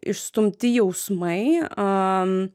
išstumti jausmai a